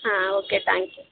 ಹಾಂ okay thank you